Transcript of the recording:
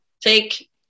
take